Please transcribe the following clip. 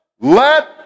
Let